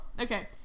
Okay